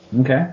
Okay